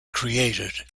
created